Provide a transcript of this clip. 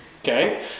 Okay